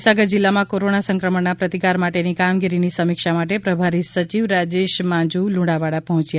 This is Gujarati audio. મહીસાગર જિલ્લામાં કોરોના સંક્રમણના પ્રતિકાર માટેની કામગીરીની સમિક્ષા માટે પ્રભારી સચિવ રાજેશ માજૂ લુણાવાડા પહોંચ્યા છે